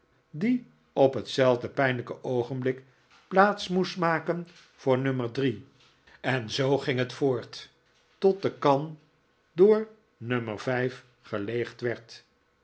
die op hetzelfde pijnlijke oogenblik plaats moest maken voor nummer drie en zoo ging het voort tot de kan door nummer vijf geleegd werd